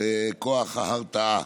כוח ההרתעה,